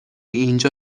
اینجا